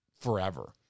forever